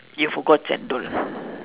you forgot chendol